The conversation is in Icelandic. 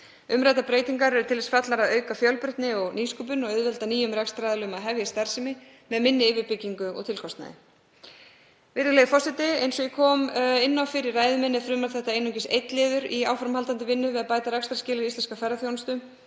Umræddar breytingar eru til þess fallnar að auka fjölbreytni og nýsköpun og auðvelda nýjum rekstraraðilum að hefja starfsemi með minni yfirbyggingu og tilkostnaði. Virðulegi forseti. Eins og ég kom inn á fyrr í ræðu minni er frumvarp þetta einungis einn liður í áframhaldandi vinnu við að bæta rekstrarskilyrði íslenskrar ferðaþjónustu.